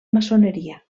maçoneria